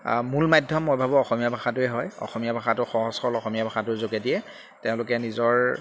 মূল মাধ্যম মই ভাবোঁ অসমীয়া ভাষাটোৱেই হয় অসমীয়া ভাষাটো সহজ সৰল অসমীয়া ভাষাটোৰ যোগেদিয়ে তেওঁলোকে নিজৰ